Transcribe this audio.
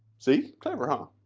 see? clever huh?